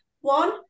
One